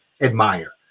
admire